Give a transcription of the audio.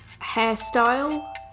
hairstyle